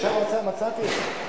עכשיו מצאתי אותה.